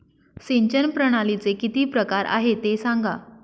सिंचन प्रणालीचे किती प्रकार आहे ते सांगा